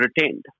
retained